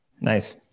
Nice